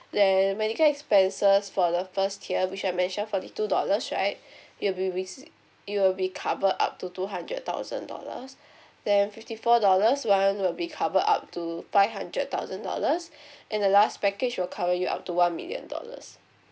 then medical expenses for the first tier which I mention forty two dollars right you'll be you'll be covered up to two hundred thousand dollars then fifty four dollars [one] will be covered up to five hundred thousand dollars and the last package will cover you up to one million dollars